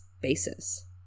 basis